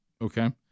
Okay